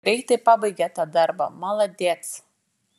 greitai pabaigė tą darbą maladėc